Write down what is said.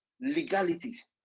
legalities